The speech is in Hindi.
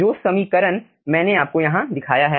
जो समीकरण मैंने आपको यहां दिखाया है